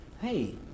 hey